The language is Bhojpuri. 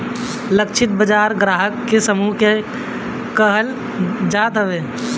लक्षित बाजार ग्राहक के समूह के कहल जात हवे